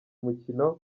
umukino